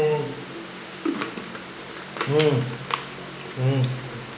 mm mm mm